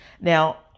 Now